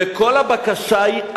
וכל הבקשה היא,